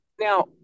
now